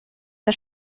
das